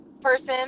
person